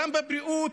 גם בבריאות,